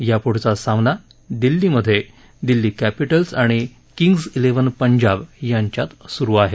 यापुढचा सामना दिल्लीमधे दिल्ली कॅपिटल्स आणि किंग्ज क्रिव्हन पंजाब यांच्यात सुरु आहे